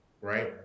right